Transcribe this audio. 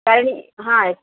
कारण हां